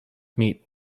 meat